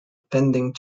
pending